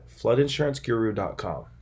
floodinsuranceguru.com